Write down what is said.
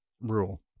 rule